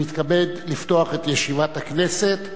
אני מתכבד לפתוח את ישיבת הכנסת.